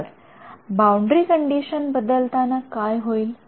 तर boundary condition बदलताना काय होईल